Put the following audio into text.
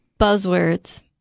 buzzwords